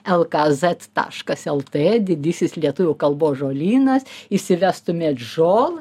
el ka zet taškas el te didysis lietuvių kalbos žolynas įsivestumėt žol